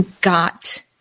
got